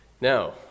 Now